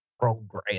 program